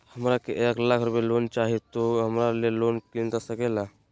हमरा के एक लाख रुपए लोन चाही तो की हमरा के लोन मिलता सकेला?